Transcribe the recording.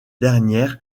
dernières